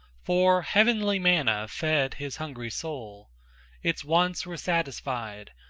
for heavenly manna fed his hungry soul its wants were satisfied,